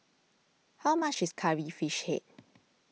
how much is Curry Fish Head